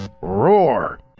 Roar